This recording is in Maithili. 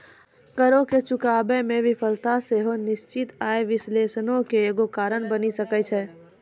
करो के चुकाबै मे विफलता सेहो निश्चित आय विश्लेषणो के एगो कारण बनि सकै छै